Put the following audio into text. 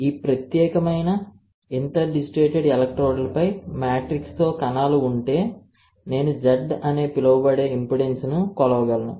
ఈ ప్రత్యేకమైన ఇంటర్డిజిటేటెడ్ ఎలక్ట్రోడ్లపై మ్యాట్రిక్స్తో కణాలు ఉంటే నేను Z అని పిలువబడే ఇంపెడెన్స్ను కొలవగలను